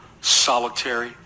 solitary